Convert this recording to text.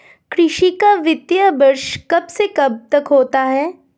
कृषि का वित्तीय वर्ष कब से कब तक होता है?